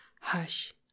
hush